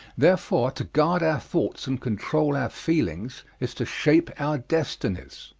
therefore to guard our thoughts and control our feelings is to shape our destinies.